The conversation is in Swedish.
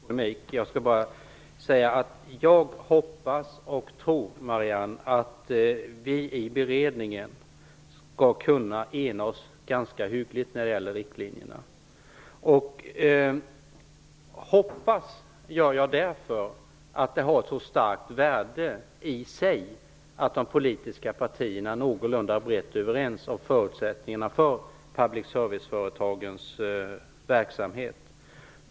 Herr talman! Jag skall inte ta upp någon större polemik så här i slutet av debatten. Jag skall bara säga att jag hoppas och tror, Marianne Andersson, att vi i beredningen skall kunna ena oss ganska hyggligt när det gäller riktlinjerna. Hoppas gör jag, därför att det har ett så starkt värde i sig att de politiska partierna är någorlunda brett överens om förutsättningarna för public service-företagens verksamhet.